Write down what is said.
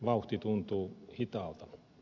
vauhti tuntuu hitaalta